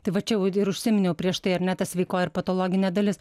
tai va čia jau ir užsiminiau prieš tai ar ne ta sveikoji ir patologinė dalis